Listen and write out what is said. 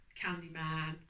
Candyman